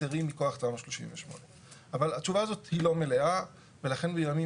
היתרים מכוח תמ"א 38. אבל התשובה הזאת היא לא מלאה ולכן בימים